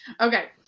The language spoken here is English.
okay